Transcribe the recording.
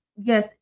yes